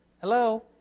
Hello